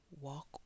walk